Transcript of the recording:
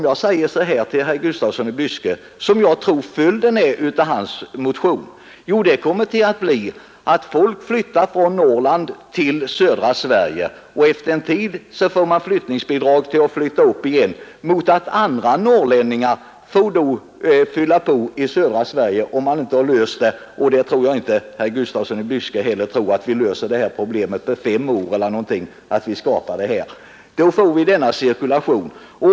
Jag tror att följden av herr Gustafssons motionsförslag skulle bli att folk flyttar från Norrland till södra Sverige, och efter en tid får man flyttningsbidrag för att flytta upp igen, medan andra norrlänningar får fylla på i södra Sverige. Herr Gustafsson i Byske tror nog inte heller att vi löser det här problemet på fem år eller något sådant. Vi får alltså en cirkulation.